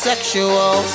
Sexual